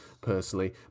personally